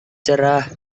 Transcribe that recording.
cerah